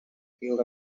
field